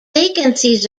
vacancies